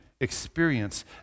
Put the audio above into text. experience